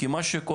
כי מה שקורה,